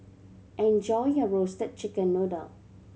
enjoy your Roasted Chicken Noodle